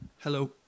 Hello